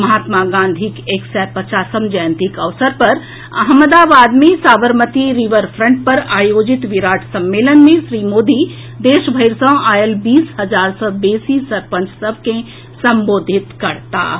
महात्मा गांधीक एक सय पचासम जयंतीक अवसर पर अहमदाबाद मे साबरमती रिवर फ्रंट पर आयोजित विराट सम्मेलन मे श्री मोदी देश भरि सॅ आएल बीस हजार सॅ बेसी सरपंच सभ के संबोधित करताह